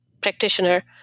practitioner